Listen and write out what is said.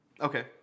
Okay